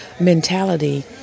mentality